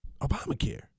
Obamacare